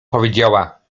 powiedziała